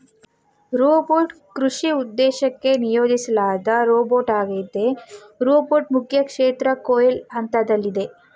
robot ಕೃಷಿ ಉದ್ದೇಶಕ್ಕೆ ನಿಯೋಜಿಸ್ಲಾದ ರೋಬೋಟ್ಆಗೈತೆ ರೋಬೋಟ್ ಮುಖ್ಯಕ್ಷೇತ್ರ ಕೊಯ್ಲು ಹಂತ್ದಲ್ಲಿದೆ